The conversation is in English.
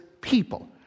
people